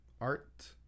Art